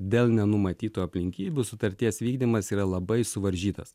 dėl nenumatytų aplinkybių sutarties vykdymas yra labai suvaržytas